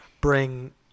Bring